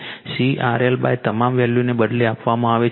તેથી C RL આ તમામ વેલ્યુને બદલે આપવામાં આવે છે